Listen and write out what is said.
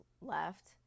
left